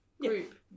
group